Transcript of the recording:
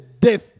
death